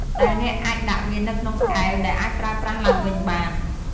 ដែលអ្នកអាចដាក់វានៅក្នុងកែវដែលអាចប្រើប្រាស់ឡើងវិញបាន។